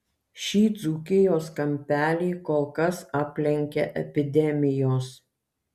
šį dzūkijos kampelį kol kas aplenkia epidemijos